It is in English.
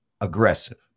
aggressive